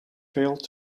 failed